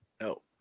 No